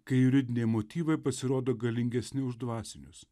kai juridiniai motyvai pasirodo galingesni už dvasinius